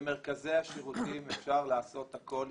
במרכזי השירותים אפשר לעשות הכול.